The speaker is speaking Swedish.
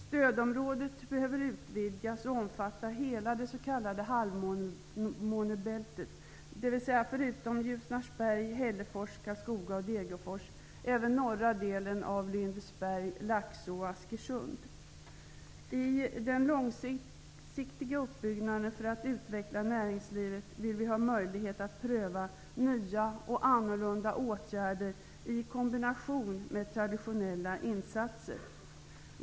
Stödområdet behöver vidgas och omfatta hela det s.k. halvmånebältet, dvs. förutom Ljusnarsberg, I den långsiktiga uppbyggnaden för att utveckla näringslivet vill vi ha möjlighet att pröva nya och annorlunda åtgärder i kombination med traditionella insatser.